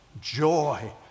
joy